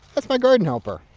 that's my garden helper